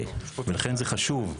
לכן זה חשוב.